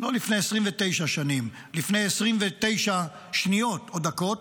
לא לפני 29 שנים, לפני 29 שניות או דקות,